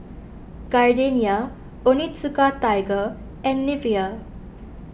Gardenia Onitsuka Tiger and Nivea